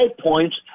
points